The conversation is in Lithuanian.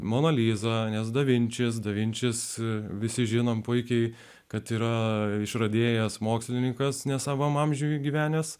mona liza nes da vinčis da vinčis visi žinome puikiai kad yra išradėjas mokslininkas ne savam amžiuje gyvenęs